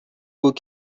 بود